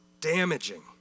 damaging